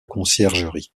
conciergerie